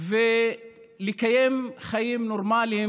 ובזה אני מסיים,